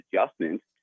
adjustments